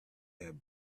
have